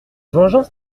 vengeance